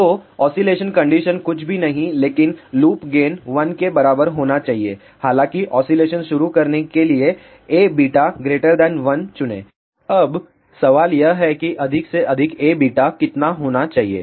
तो oscillation condition कुछ भी नहीं लेकिन लूप गेन 1 के बराबर होना चाहिए हालांकि ऑसीलेशन शुरू करने के लिए Aβ 1 चुनें अब सवाल यह है कि अधिक से अधिक Aβ कितना होना चाहिए